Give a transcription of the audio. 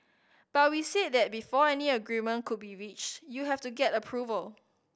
but we said that before any agreement could be reached you have to get approval